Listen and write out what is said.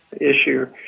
issue